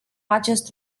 acest